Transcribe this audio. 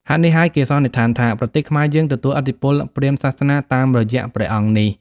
ហេតុនេះហើយ គេសន្និដ្ឋានថា ប្រទេសខ្មែរយើងទទួលឥទ្ធិពលព្រាហ្មណ៍សាសនាតាមរយៈព្រះអង្គនេះ។